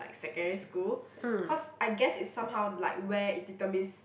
like secondary school cause I guess it's somehow like where it determines